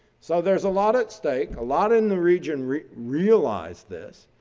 so, there's a lot at stake, a lot in the region realize this.